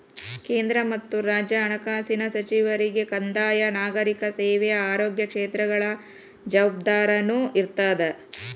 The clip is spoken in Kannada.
ಕೇಂದ್ರ ಮತ್ತ ರಾಜ್ಯ ಹಣಕಾಸಿನ ಸಚಿವರಿಗೆ ಕಂದಾಯ ನಾಗರಿಕ ಸೇವಾ ಆಯೋಗ ಕ್ಷೇತ್ರಗಳ ಜವಾಬ್ದಾರಿನೂ ಇರ್ತದ